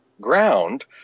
ground